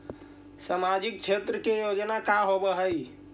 सामाजिक क्षेत्र के योजना का होव हइ?